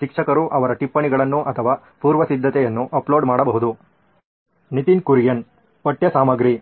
ಶಿಕ್ಷಕರು ಅವರ ಟಿಪ್ಪಣಿಗಳನ್ನು ಅಥವಾ ಪೂರ್ವಸಿದ್ಧತೆಯನ್ನು ಅಪ್ಲೋಡ್ ಮಾಡಬಹುದು ನಿತಿನ್ ಕುರಿಯನ್ ಪಠ್ಯ ಸಾಮಗ್ರಿ